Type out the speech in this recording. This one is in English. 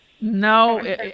No